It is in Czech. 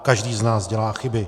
Každý z nás dělá chyby.